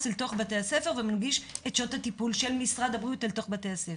לתוך בתי הספר ומגיש את שעות הטיפול של משרד הבריאות לתוך בתי הספר.